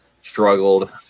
struggled